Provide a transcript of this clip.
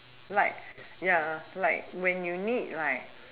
like ya like when you need like